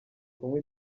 kunywa